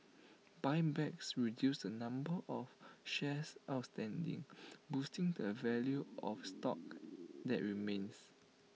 buybacks reduce the number of shares outstanding boosting the value of stock that remains